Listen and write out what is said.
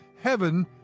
Heaven